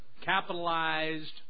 capitalized